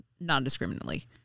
non-discriminately